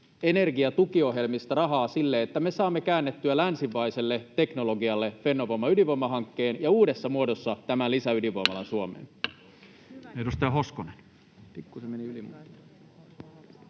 energiatukiohjelmista rahaa siihen, että me saamme käännettyä länsimaiselle teknologialle Fennovoiman ydinvoimahankkeen ja uudessa muodossa tämän lisäydinvoimalan [Puhemies